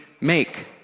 make